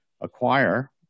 acquire